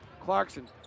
Clarkson